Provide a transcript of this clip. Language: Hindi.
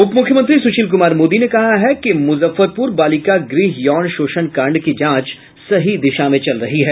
उपमुख्यमंत्री सुशील कुमार मोदी ने कहा है कि मुजफ्फरपुर बालिका गृह यौन शोषण कांड की जांच सही दिशा में चल रही है